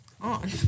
on